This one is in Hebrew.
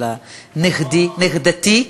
של נכדתי,